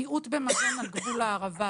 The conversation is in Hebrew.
מיעוט במזון על גבול ההרעבה,